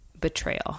betrayal